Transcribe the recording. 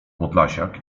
podlasiak